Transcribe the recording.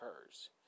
occurs